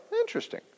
Interesting